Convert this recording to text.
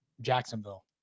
Jacksonville